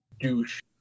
douche